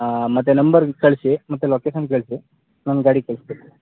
ಆ ಮತ್ತು ನಂಬರ್ ಕಳಿಸಿ ಮತ್ತು ಲೊಕೇಶನ್ ಕಳಿಸಿ ನಾನು ಗಾಡಿ ಕಳಿಸ್ತೀನಿ